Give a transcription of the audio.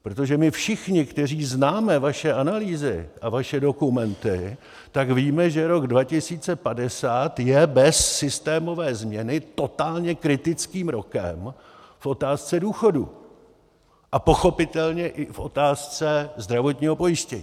Protože my všichni, kteří známe vaše analýzy a vaše dokumenty, víme, že rok 2050 je bez systémové změny totálně kritickým rokem v otázce důchodů a pochopitelně i v otázce zdravotního pojištění.